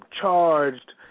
charged